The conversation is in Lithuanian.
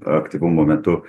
aktyvumo metu